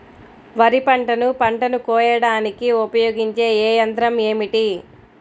వరిపంటను పంటను కోయడానికి ఉపయోగించే ఏ యంత్రం ఏమిటి?